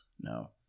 No